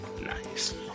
nice